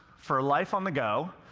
for life on the go,